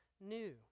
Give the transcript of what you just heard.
new